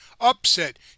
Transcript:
upset